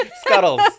scuttles